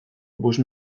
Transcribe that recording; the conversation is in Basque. bost